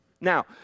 Now